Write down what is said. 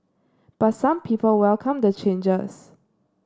but some people welcome the changes